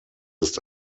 ist